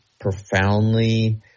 profoundly